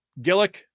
Gillick